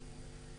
בסדר.